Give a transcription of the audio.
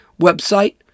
website